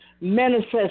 manifest